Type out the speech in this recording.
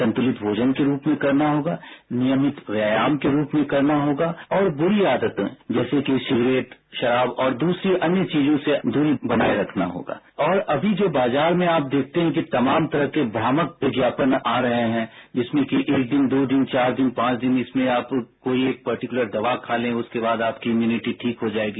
संतुलित भोजन के रूप में करना होगा नियमित व्यायाम के रूप में करना होगा और बुरी आदतों जैसे कि सिगरेट शराब और दूसरी अन्य चीजों से दूरी बनाए रखना होगा और अभी जो बाजार में आप देखते हैं कि तमाम तरह के भ्रामक विज्ञापन आ रहे हैं जिसमें कि एक दिन दो दिन चार दिन पांच दिन इसमें आप कोई एक पर्टिकुलर दवा खा लें उसके बाद आपकी इम्युनिटी ठीक हो जाएगी